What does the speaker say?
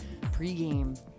pregame